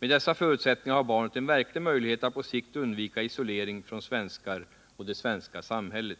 Med dessa förutsättningar har barnet en verklig möjlighet att på sikt undvika isolering från svenskar och från det svenska samhället.